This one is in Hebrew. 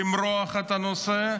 למרוח את הנושא,